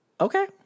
Okay